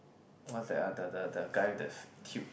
what's that ah the the the guy that's tube